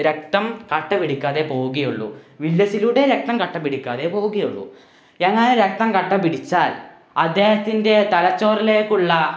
രക്തം കട്ട പിടിക്കാതെ പോവുകയുള്ളു വില്ലസിലൂടെ രക്തം കട്ടപിടിക്കാതെ പോവുകയുള്ളു എങ്ങാനും രക്തം കട്ട പിടിച്ചാല് അദ്ദേഹത്തിന്റെ തലച്ചോറിലേക്കുള്ള